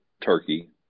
turkey